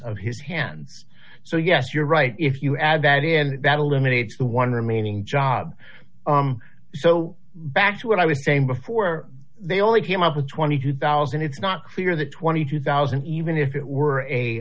of his hands so yes you're right if you add that in that eliminates the one remaining job so back to what i was saying before they only came up with twenty two thousand it's not clear that twenty two thousand even if it were a